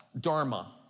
dharma